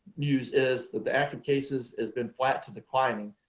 news is that the active cases has been flat to declining.